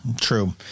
True